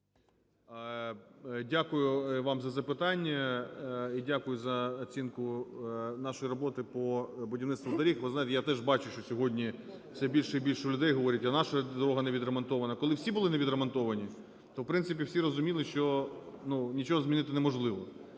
Дякую вам за запитання. І дякую за оцінку нашої роботи по будівництву доріг. Ви знаєте, я теж бачу, що сьогодні все більше і більше людей говорить: а наша дорога не відремонтована. Коли всі були не відремонтовані, то, в принципі, всі розуміли, що, ну, нічого змінити неможливо.